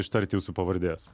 ištarti jūsų pavardės